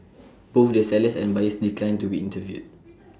both the sellers and buyers declined to be interviewed